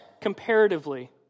comparatively